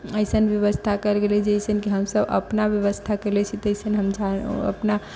एसन व्यवस्था कयल गेलै जैसन कि हम सभ अपना व्यवस्था कैले छी तैसन हम अपना